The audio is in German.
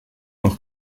auch